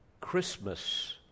Christmas